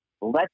Let